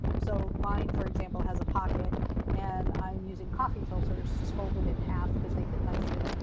so mine, for example, has a pocket and i'm using coffee filters just folded in half because they fit nicely.